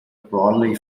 brolly